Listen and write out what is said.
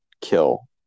kill